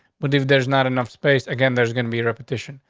but if there's not enough space again, there's gonna be repetition.